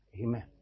amen